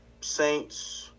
Saints